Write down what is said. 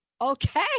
okay